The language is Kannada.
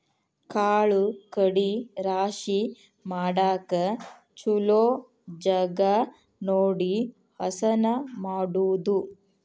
ಕಾಳು ಕಡಿ ರಾಶಿ ಮಾಡಾಕ ಚುಲೊ ಜಗಾ ನೋಡಿ ಹಸನ ಮಾಡುದು